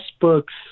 books